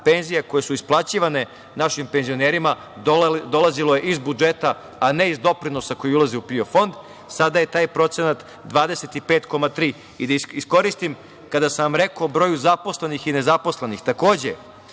penzija koje su isplaćivane našim penzionerima dolazilo je iz budžeta a ne iz doprinosa koji ulazi u PIO fond. Sada je taj procenat 25,3%.I da iskoristim, kada sam vam rekao o broju zaposlenih i nezaposlenih, takođe,